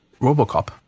Robocop